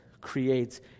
creates